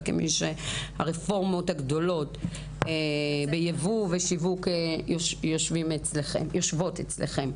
כמי שהרפורמות הגדולות בייבוא ושיווק יושבות אצלכם.